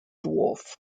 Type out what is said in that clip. dwarf